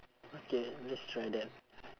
okay let's try that